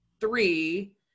three